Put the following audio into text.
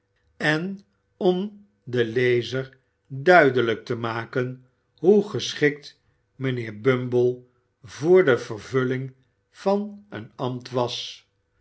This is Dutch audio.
en om den lezer duidelijk te maken hoe geschikt mijnheer bumble voor de vervulling van een ambt was